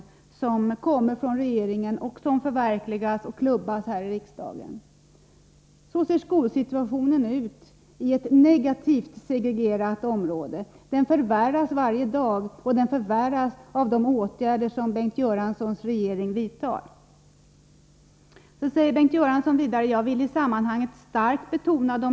Utredningen har ännu inte föranlett något regeringsförslag till riksdagen.